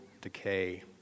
decay